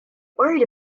worried